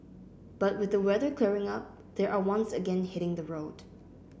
but with the weather clearing up they are once again hitting the road